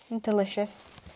delicious